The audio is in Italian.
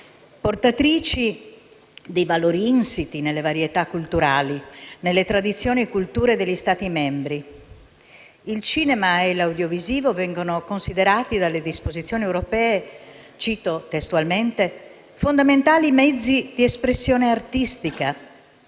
portatrici dei valori insiti nelle varietà culturali, nelle tradizioni e culture degli Stati membri. Il cinema e l'audiovisivo vengono considerati dalle disposizioni europee - cito testualmente - «fondamentali mezzi di espressione artistica,